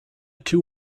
two